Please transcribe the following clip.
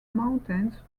mountains